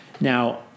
Now